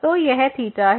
तो यह है